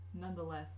Nonetheless